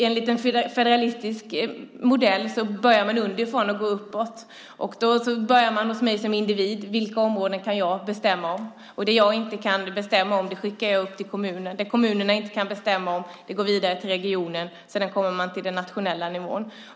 Enligt en federalistisk modell börjar man underifrån och går uppåt. Man börjar hos var och en som individ. Vilka områden kan jag bestämma om? Det jag inte kan bestämma om skickar jag upp till kommunen. Det kommunen inte kan bestämma om går vidare till regionen. Sedan kommer man till den nationella nivån.